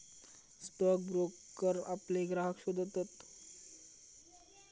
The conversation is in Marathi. स्टॉक ब्रोकर आपले ग्राहक शोधतत